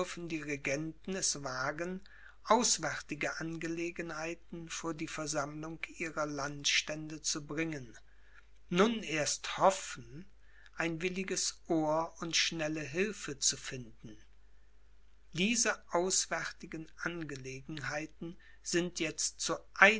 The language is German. die regenten es wagen auswärtige angelegenheiten vor die versammlung ihrer landstände zu bringen nun erst hoffen ein williges ohr und schnelle hilfe zu finden diese auswärtigen angelegenheiten sind jetzt